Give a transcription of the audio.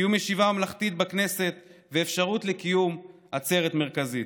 קיום ישיבה ממלכתית בכנסת ואפשרות לקיום עצרת מרכזית,